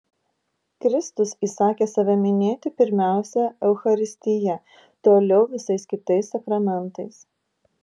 kristus įsakė save minėti pirmiausia eucharistija toliau visais kitais sakramentais